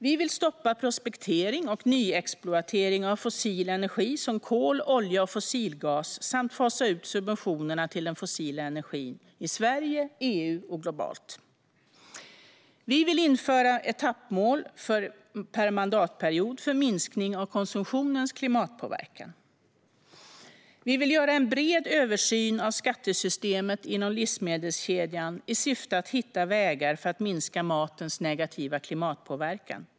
Vi vill stoppa prospektering och nyexploatering av fossil energi som kol, olja och fossilgas och fasa ut subventionerna till den fossila energin i Sverige, EU och globalt. Vi vill införa etappmål per mandatperiod för minskning av konsumtionens klimatpåverkan. Vi vill göra en bred översyn av skattesystemet inom livsmedelskedjan i syfte att hitta vägar för att minska matens negativa klimatpåverkan.